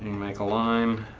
make a line.